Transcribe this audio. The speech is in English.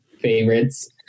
favorites